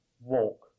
walk